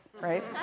right